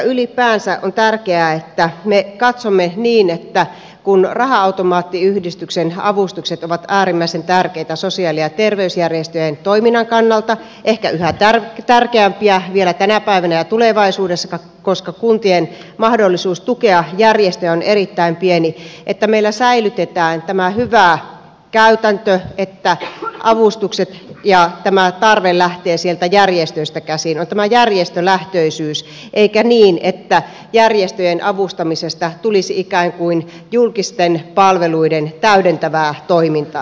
ylipäänsä on tärkeää että me katsomme niin että kun raha automaattiyhdistyksen avustukset ovat äärimmäisen tärkeitä sosiaali ja terveysjärjestöjen toiminnan kannalta ehkä yhä tärkeämpiä vielä tänä päivänä ja tulevaisuudessa koska kuntien mahdollisuus tukea järjestöjä on erittäin pieni niin meillä säilytetään tämä hyvä käytäntö että avustukset ja tarve lähtee sieltä järjestöistä käsin on tämä järjestölähtöisyys eikä niin että järjestöjen avustamisesta tulisi ikään kuin julkisia palveluita täydentävää toimintaa